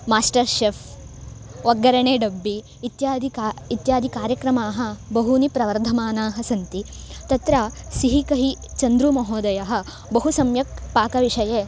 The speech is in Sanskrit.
माश्टर् शेफ़् ओग्गरणे डब्बि इत्यादिकाः इत्यादिकार्यक्रमाः बहवः प्रवर्धमानाः सन्ति तत्र सिहिकहि चन्द्रु महोदयः बहु सम्यक् पाकविषये